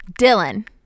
Dylan